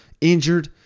injured